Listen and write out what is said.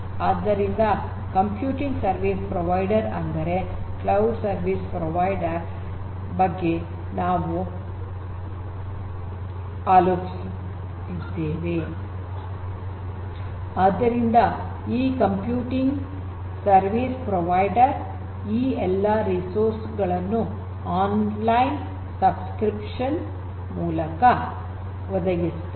ಆದ್ದರಿಂದ computing service provider ಅಂದರೆ cloud service provider ಬಗ್ಗೆ ನಾವು ಆಲೋಚಿಸುತ್ತಿದ್ದೇವೆ ಆದ್ದರಿಂದ ಈ ಕಂಪ್ಯೂಟಿಂಗ್ ಸರ್ವಿಸ್ ಪ್ರೊವೈಡರ್ ಈ ಎಲ್ಲ ರಿಸೋರ್ಸಸ್ ಗಳನ್ನು ಆನ್ಲೈನ್ ಸಬ್ ಸ್ಕ್ರಿಪ್ಷನ್ ಮೂಲಕ ಒದಗಿಸುತ್ತದೆ